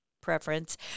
preference